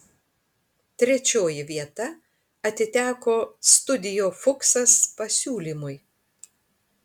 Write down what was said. trečioji vieta atiteko studio fuksas pasiūlymui